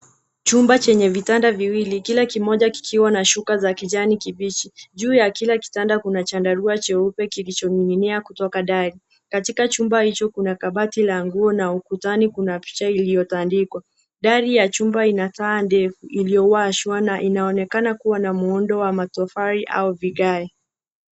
Chumba chenye vitanda viwili kila kimoja kikiwa na shuka za kijani kibichi. Juu ya kila kitanda kuna chandarua cheupe kilichoning'inia kutoka dari. Katika chumba hicho kuna kabati la nguo na ukutani kuna picha iliyotandikwa. Dari ya chumba ina taa ndefu iliyowashwa na inaonekana kuwa na muundo wa matofali au viage.